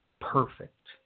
perfect